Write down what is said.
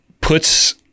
puts